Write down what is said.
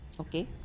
Okay